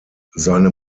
seine